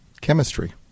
chemistry